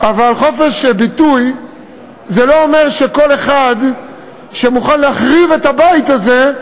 אבל חופש ביטוי זה לא אומר שכל אחד שמוכן להחריב את הבית הזה,